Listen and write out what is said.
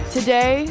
Today